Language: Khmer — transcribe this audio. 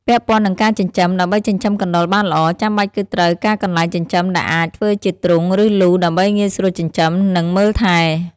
ពាក់ព័ន្ធនឹងការចិញ្ចឹម ដើម្បីចិញ្ចឹមកណ្តុរបានល្អ ចាំបាច់គឺត្រូវការកន្លែងចិញ្ចឹមដែលអាចធ្វើជាទ្រុង ឬ លូ ដើម្បីងាយស្រួលចិញ្ចឹម និង មើលថែ។